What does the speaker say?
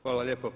Hvala lijepo.